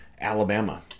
Alabama